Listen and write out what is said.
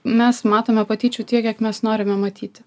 mes matome patyčių tiek kiek mes norime matyti